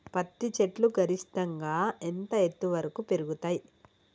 పత్తి చెట్లు గరిష్టంగా ఎంత ఎత్తు వరకు పెరుగుతయ్?